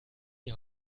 die